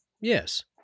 Yes